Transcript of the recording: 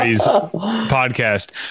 podcast